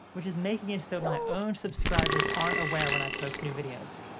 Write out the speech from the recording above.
which is making it so my own subscribers aren't aware when i post new videos.